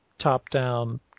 top-down